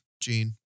Gene